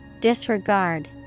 Disregard